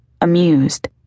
amused